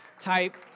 type